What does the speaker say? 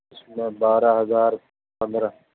بارہ ہزار پندرہ